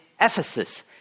Ephesus